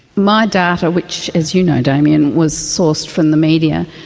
my data, which, as you know damien, was sourced from the media,